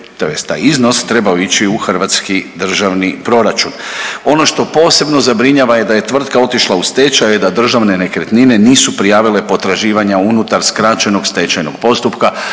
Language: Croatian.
tj. taj iznos trebao ići u hrvatski državni proračun. Ono što posebno zabrinjava da je tvrtka otišla u stečaj, a Državne nekretnine nisu prijavile potraživanja unutar skraćenog postupka,